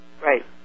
Right